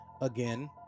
again